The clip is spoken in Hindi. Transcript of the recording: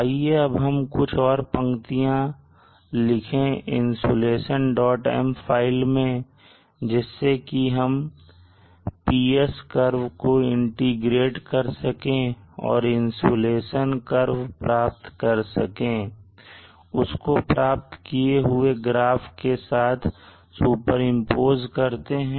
आइए अब हम कुछ और पंक्तियां लिखें insolationm फाइल में जिससे कि हम PS curve को इंटीग्रेट कर सके और इंसुलेशन insolationv curve प्राप्त कर सकें और उसको प्राप्त किए हुए ग्राफ के साथ सुपरिंपोज करते हैं